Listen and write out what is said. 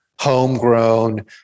homegrown